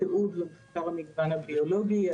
לתיעוד ומחקר המגוון הביולוגי.